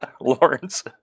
Lawrence